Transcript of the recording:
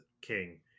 king